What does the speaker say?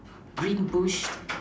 green bush